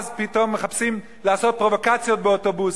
אז פתאום מחפשים לעשות פרובוקציות באוטובוסים.